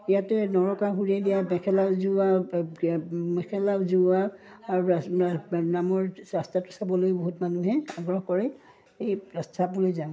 ইয়াতে নৰকাসুৰে দিয়া মেখেলা উজুৱা মেখেলা উজুৱা নামৰ ৰাস্তাটো চাবলৈ বহুত মানুহে আগ্ৰহ কৰে এই ৰাস্তাবোৰে যাওঁ